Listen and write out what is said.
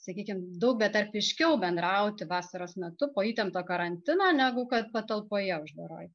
sakykim daug betarpiškiau bendrauti vasaros metu po įtempto karantino negu kad patalpoje uždaroj